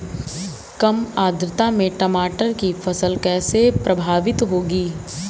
कम आर्द्रता में टमाटर की फसल कैसे प्रभावित होगी?